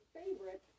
favorite